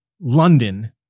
London